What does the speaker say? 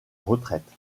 retraite